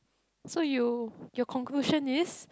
so you your conclusion is